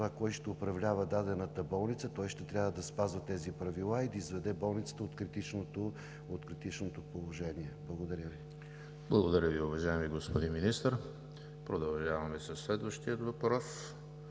кой ще управлява дадената болница, той ще трябва да спазва тези правила и да изведе болницата от критичното положение. Благодаря Ви. ПРЕДСЕДАТЕЛ ЕМИЛ ХРИСТОВ: Благодаря Ви, уважаеми господин Министър. Продължаваме със следващия въпрос